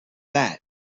that